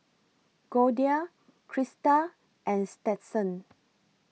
Goldia Christa and Stetson